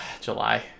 July